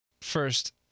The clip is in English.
First